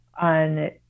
on